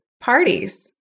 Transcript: parties